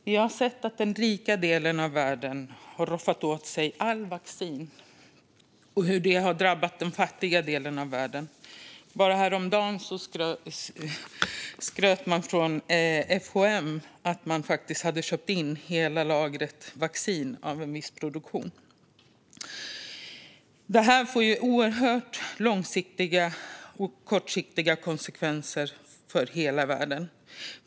Vi har sett att den rika delen av världen har roffat åt sig allt vaccin och hur detta har drabbat den fattiga delen av världen. Bara häromdagen skröt FHM med att man köpt upp hela lagret vaccin av en viss produktion. Detta får oerhört stora långsiktiga och kortsiktiga konsekvenser för hela världen.